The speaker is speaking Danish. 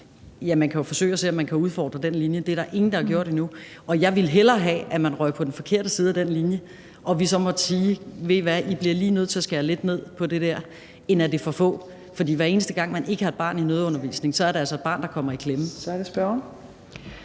Man kan jo forsøge at se, om man kan udfordre den linje; det er der ingen der har gjort endnu. Jeg ville hellere, end at det er for få, have, at man røg på den forkerte side af den linje og vi så måtte sige: Ved I hvad, I bliver lige nødt til at skære lidt ned på det der. For hver eneste gang man ikke har et barn i nødundervisning, er der altså et barn, der kommer i klemme. Kl. 15:24 Fjerde